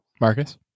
Marcus